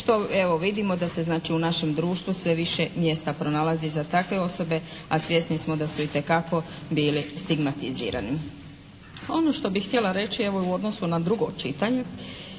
evo vidimo da se znači u našem društvu sve više mjesta pronalazi za takve osobe, a svjesni smo da su itekako bili stigmatizirani. Ono što bih htjela reći evo u odnosu na drugo čitanje,